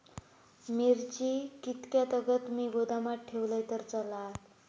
मिरची कीततागत मी गोदामात ठेवलंय तर चालात?